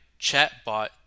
chatbot